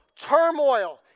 turmoil